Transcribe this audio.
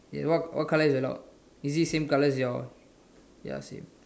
okay what colour is the lock is it same colour as your ya same